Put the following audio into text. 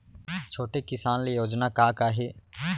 छोटे किसान ल योजना का का हे?